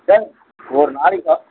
sir ஒரு நாளைக்கு